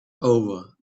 over